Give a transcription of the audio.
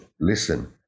Listen